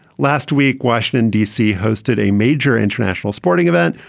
last week, washington, d c. hosted a major international sporting event.